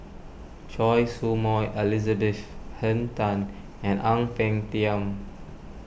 Choy Su Moi Elizabeth Henn Tan and Ang Peng Tiam